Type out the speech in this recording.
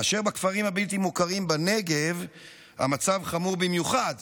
כאשר בכפרים הבלתי-מוכרים בנגב המצב חמור במיוחד